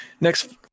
Next